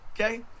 Okay